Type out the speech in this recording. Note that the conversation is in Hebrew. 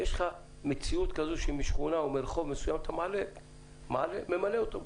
יש לך מציאות שמשכונה או מרחוב מסוים אתה ממלא אוטובוס.